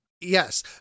Yes